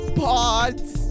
pods